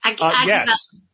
Yes